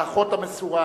האחות המסורה,